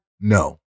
No